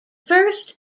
first